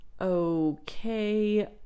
okay